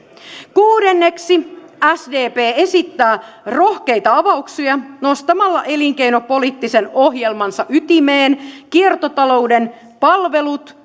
kuudenneksi sdp esittää rohkeita avauksia nostamalla elinkeinopoliittisen ohjelmansa ytimeen kiertotalouden palvelut